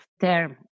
term